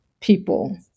people